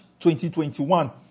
2021